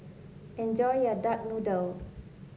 enjoy your Duck Noodle